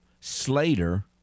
Slater